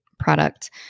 product